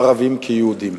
ערבים כיהודים.